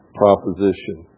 proposition